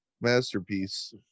Masterpiece